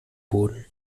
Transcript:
boden